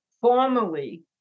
Formally